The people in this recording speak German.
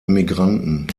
emigranten